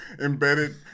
embedded